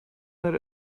that